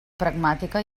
pragmàtica